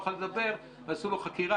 ועשו לו חקירה.